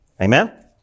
Amen